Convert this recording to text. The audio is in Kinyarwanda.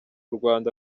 rwanda